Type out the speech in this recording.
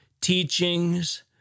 teachings